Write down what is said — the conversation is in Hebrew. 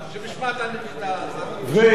ושלושת האנשים האלה,